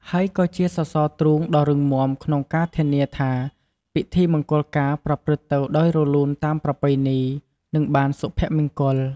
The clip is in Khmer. ហើយក៏ជាសសរទ្រូងដ៏រឹងមាំក្នុងការធានាថាពិធីមង្គលការប្រព្រឹត្តទៅដោយរលូនតាមប្រពៃណី និងបានសុភមង្គល។